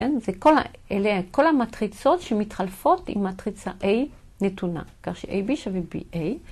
‫אלה כל המטריצות שמתחלפות ‫עם מטריצה A נתונה, ‫כך ש-AB שווה BA.